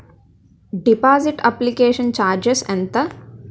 Deposit application charges ఎంత?